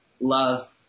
love